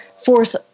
force